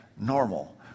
normal